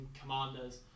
Commanders